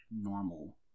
normal